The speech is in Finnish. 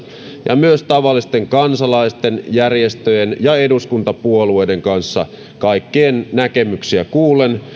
ja myös tavallisten kansalaisten järjestöjen ja eduskuntapuolueiden kanssa kaikkien näkemyksiä kuullen